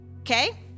Okay